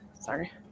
Sorry